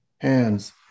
Hands